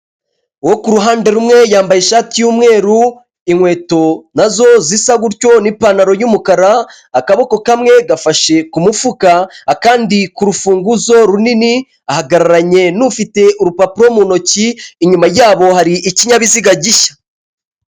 Uwo kuruhande rumwe yambaye ishati y'umweru, inkweto nazo zisa gutyo n'ipantaro y'umukara akaboko kamwe gafashe ku mufuka akandi k'urufunguzo runini ahagararanye n'ufite urupapuro mu ntoki inyuma yabo hari ikinyabiziga gishya.